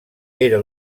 era